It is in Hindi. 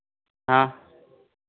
हाँ